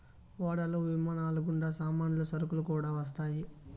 ఓడలు విమానాలు గుండా సామాన్లు సరుకులు కూడా వస్తాయి